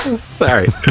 Sorry